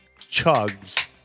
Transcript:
chugs